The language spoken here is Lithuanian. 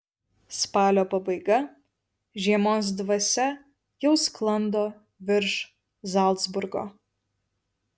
spalio pabaiga žiemos dvasia jau sklando virš zalcburgo